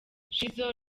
shizzo